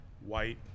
white